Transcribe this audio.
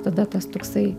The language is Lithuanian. tada tas toksai